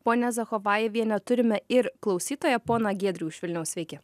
ponia zachovajeviene turime ir klausytoją poną giedrių iš vilniaus sveiki